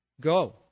Go